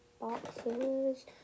Boxes